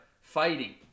Fighting